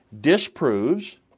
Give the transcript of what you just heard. disproves